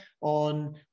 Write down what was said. on